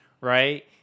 right